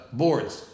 boards